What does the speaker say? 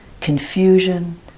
confusion